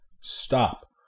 stop